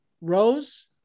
Rose